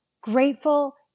grateful